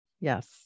Yes